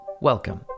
welcome